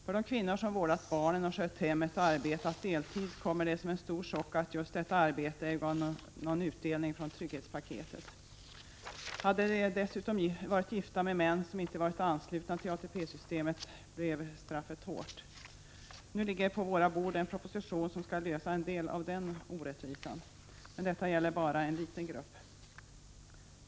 För de kvinnor som vårdat barnen och skött hemmet och arbetat deltid kommer det som en stor chock att just detta arbete ej gav någon utdelning från trygghetspaketet. Om de dessutom är gifta med män som inte varit anslutna till ATP-systemet blir straffet hårt. Nu ligger på vårt bord en proposition som skall lösa en del av den orättvisan. Men detta gäller bara en liten grupp.